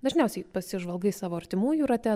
dažniausiai pasižvalgai savo artimųjų rate